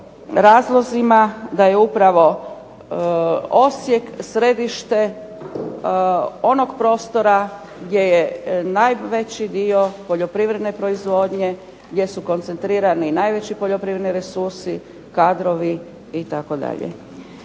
razlozima da je upravo Osijek središte onog prostora gdje je najveći dio poljoprivredne proizvodnje, gdje su koncentrirani najveći poljoprivredni resursi, kadrovi itd.